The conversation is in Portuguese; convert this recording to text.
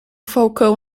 falcão